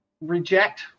reject